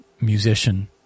musician